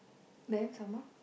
then some more